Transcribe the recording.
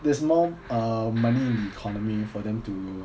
there's more uh money in the economy for them to